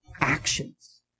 actions